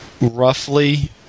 roughly